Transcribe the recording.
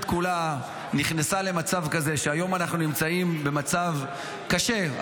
כולה נכנסה למצב כזה שהיום אנחנו נמצאים במצב קשה,